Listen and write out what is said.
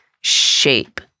shape